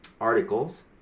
articles